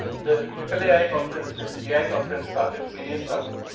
the triple a i conference that a i conference started series started.